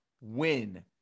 win